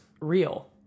real